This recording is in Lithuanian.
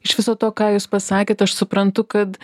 iš viso to ką jūs pasakėt aš suprantu kad